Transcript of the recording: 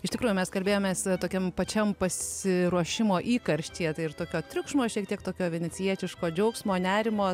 iš tikrųjų mes kalbėjomės tokiam pačiam pasiruošimo įkarštyje tai ir tokio triukšmo šiek tiek tokio venecijietiško džiaugsmo nerimo